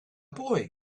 boy